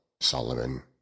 Solomon